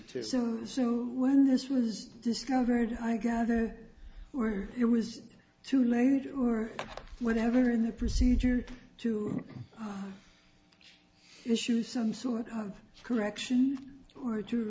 soon soon when this was discovered i gather it was too late or whatever in the procedure to issue some sort of correction or to